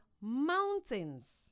mountains